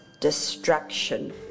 destruction